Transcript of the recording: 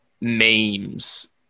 memes